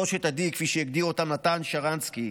שלושת ה-D, כפי שהגדיר אותם מתן שרנסקי,